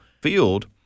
field